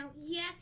yes